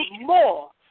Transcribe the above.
more